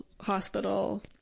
hospital